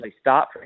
start